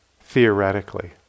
theoretically